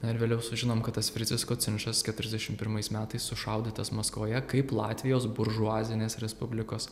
na ir vėliau sužinom kad tas fricis kocinšas keturiasdešimt pirmais metais sušaudytas maskvoje kaip latvijos buržuazinės respublikos